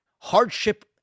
hardship